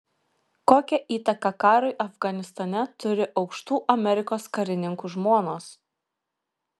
kokią įtaką karui afganistane turi aukštų amerikos karininkų žmonos